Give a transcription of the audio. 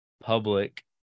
public